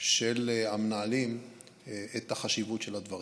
של המנהלים את החשיבות של הדברים.